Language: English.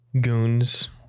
goons